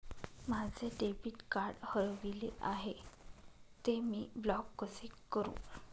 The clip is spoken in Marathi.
माझे डेबिट कार्ड हरविले आहे, ते मी ब्लॉक कसे करु?